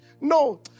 No